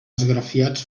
esgrafiats